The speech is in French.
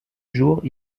jour